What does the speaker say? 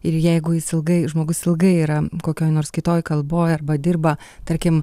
ir jeigu jis ilgai žmogus ilgai yra kokioj nors kitoj kalboj arba dirba tarkim